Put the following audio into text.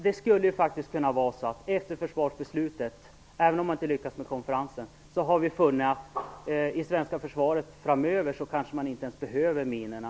Det skulle faktiskt kunna vara så att efter försvarsbeslutet - även om man inte lyckas med konferensen - så har vi funnit att man i det svenska försvaret framöver inte behöver minorna.